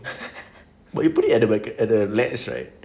but you at the me~ at the latch right